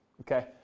okay